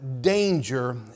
danger